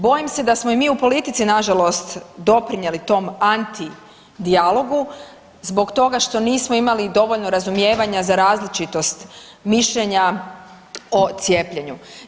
Bojim se da smo i mi u polici nažalost doprinijeli tom antidijalogu zbog toga što nismo imali dovoljno razumijevanja za različitost mišljenja o cijepljenju.